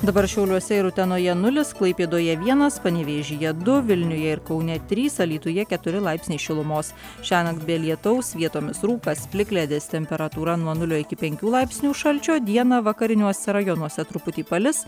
dabar šiauliuose ir utenoje nulis klaipėdoje vienas panevėžyje du vilniuje ir kaune trys alytuje keturi laipsniai šilumos šiąnakt be lietaus vietomis rūkas plikledis temperatūra nuo nulio iki penkių laipsnių šalčio dieną vakariniuose rajonuose truputį palis